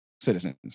citizens